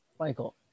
Michael